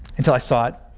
until i saw